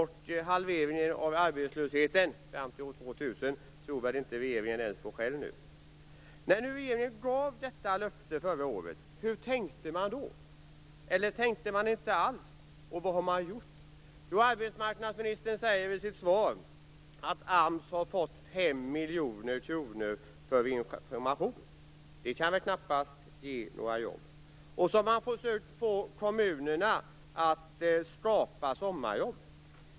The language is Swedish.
Halveringen av arbetslösheten fram till år 2000 tror väl inte ens regeringen själv på nu. När nu regeringen gav detta löfte förra året, hur tänkte man då, eller tänkte man inte alls? Vad har man gjort? Jo, arbetsmarknadsministern säger i sitt svar att AMS har fått 5 miljoner kronor för information. Det kan väl knappast ge några jobb. Man har försökt att få kommunerna att skapa sommarjobb.